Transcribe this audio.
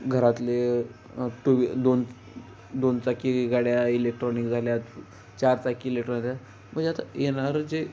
घरातले two way दोन दोन चाकी गाड्या इलेक्ट्रॉनिक झाल्या आहेत चार चाकी इलेक्ट्रॉनिक झाल्या म्हणजे आता येणारं जे